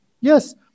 Yes